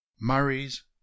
murray's